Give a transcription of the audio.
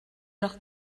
leur